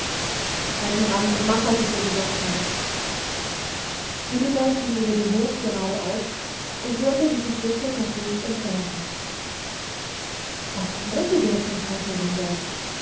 halt'n rand und mach was ich dir gesagt habe willibald ging über den hof geradeaus und hörte wie sich fliczek nach links entfernte was wollte der zum teufel denn dort